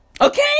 Okay